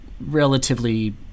relatively